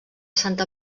santa